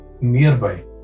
nearby